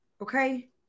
okay